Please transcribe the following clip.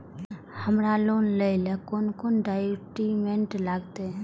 हमरा लोन लाइले कोन कोन डॉक्यूमेंट लागत?